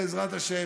בעזרת השם.